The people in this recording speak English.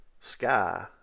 sky